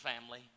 family